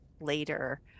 later